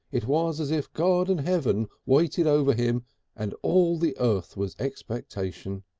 it was as if god and heaven waited over him and all the earth was expectation.